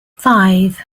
five